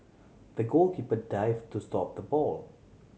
the goalkeeper dive to stop the ball